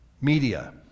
Media